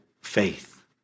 faith